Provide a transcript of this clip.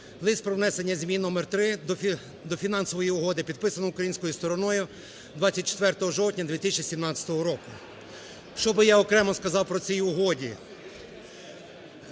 Лист про внесення змін № 3 до Фінансової угоди підписано українською стороною 24 жовтня 2017 року. Що б я окремо сказав по цій угоді.